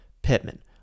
Pittman